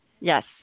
Yes